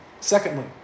Secondly